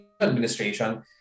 administration